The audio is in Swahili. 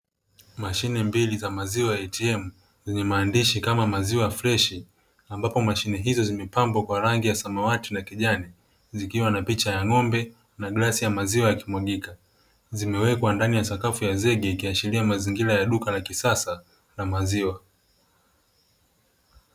Mashine mbili za maziwa ya atm yenye maandishi kama maziwa freshi ambapo mashine hizo zimepambwa kwa rangi ya samawati na kijani, zikiwa na picha ya ng'ombe na glasi ya maziwa yakimwagika. Zimewekwa ndani ya sakafu ya zege ikiashiria mazingira ya duka la kisasa na maziwa.